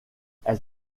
elle